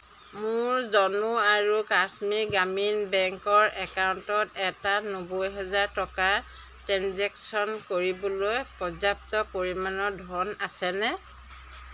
মোৰ জম্মু আৰু কাশ্মীৰ গ্ৰামীণ বেংকৰ একাউণ্টত এটা নব্বৈ হাজাৰ টকা ট্ৰেঞ্জেকশ্য়ন কৰিবলৈ পৰ্যাপ্ত পৰিমাণৰ ধন আছেনে